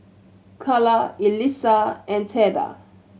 Calla Elissa and Theda